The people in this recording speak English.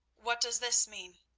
what does this mean?